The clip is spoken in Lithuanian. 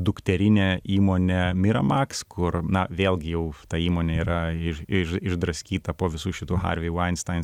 dukterinė įmonė miramax kur na vėlgi jau ta įmonė yra iš iš išdraskyta po visų šitų harvey vainstein